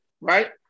right